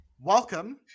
welcome